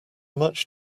much